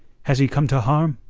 has he come to harm?